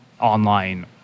online